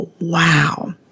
wow